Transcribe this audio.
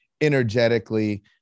energetically